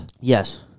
Yes